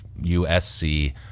USC